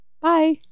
Bye